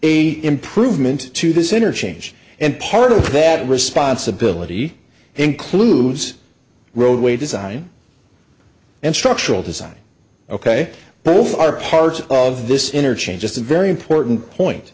a improvement to this interchange and part of that responsibility includes roadway design and structural design ok both are part of this interchange just a very important point